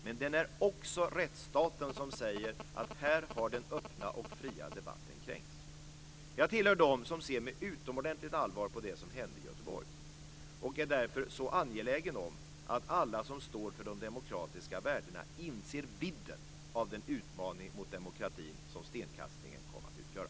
Men den är också rättsstaten som säger ifrån när den öppna, fria debatten kränks. Jag hör till dem som ser med utomordentligt stort allvar på det som hände i Göteborg. Jag är därför angelägen om att alla som står för de demokratiska värdena inser vidden av den utmaning mot demokratin som stenkastningen kom att utgöra.